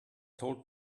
told